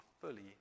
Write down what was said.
fully